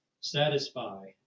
satisfy